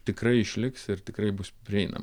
tikrai išliks ir tikrai bus prieinama